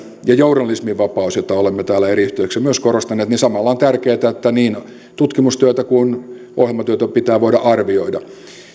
ja journalisminvapaus jota olemme täällä eri yhteyksissä myös korostaneet niin samalla on tärkeätä että niin tutkimustyötä kuin ohjelmatyötä pitää voida arvioida